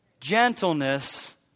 gentleness